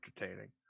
entertaining